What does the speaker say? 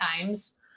times